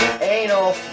Anal